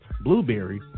Blueberry